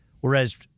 Whereas